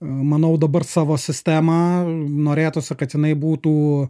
manau dabar savo sistemą norėtųs kad jinai būtų